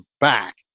back